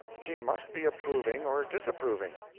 she must be approving or disapproving,